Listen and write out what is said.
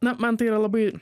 na man tai yra labai